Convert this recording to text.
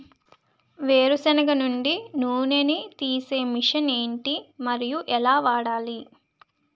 వేరు సెనగ నుండి నూనె నీ తీసే మెషిన్ ఏంటి? మరియు ఎలా వాడాలి?